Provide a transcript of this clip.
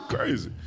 Crazy